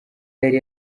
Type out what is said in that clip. yari